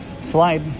slide